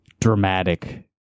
dramatic